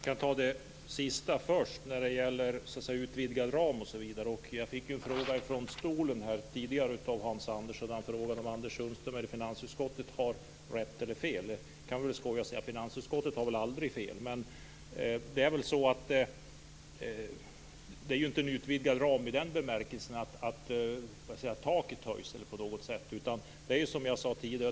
Herr talman! Jag kan ta det sista först om utvidgad ram osv. Jag fick tidigare en fråga av Hans Andersson från talarstolen. Han frågade om Anders Sundström eller finansutskottet har rätt eller fel. Vi kan väl skoja och säga att finansutskottet aldrig har fel. Det är inte en utvidgad ram i den bemärkelsen att taket på något sätt höjs. Det är som jag sade tidigare.